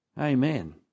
Amen